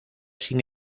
sin